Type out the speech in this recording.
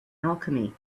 alchemy